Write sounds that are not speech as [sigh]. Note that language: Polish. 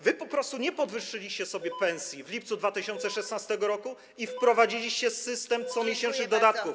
Wy po prostu nie podwyższyliście sobie [noise] pensji w lipcu 2016 r. i wprowadziliście system comiesięcznych dodatków.